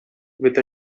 with